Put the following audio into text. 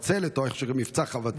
יש תוכנית חבצלת או מבצע חבצלת,